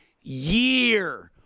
year